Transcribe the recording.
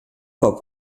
hop